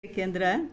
ಏಕೆಂದರೆ